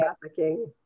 trafficking